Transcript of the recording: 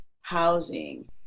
housing